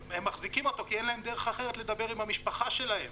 הם מחזיקים אותו כי אין להם דרך אחרת לדבר עם המשפחה שלהם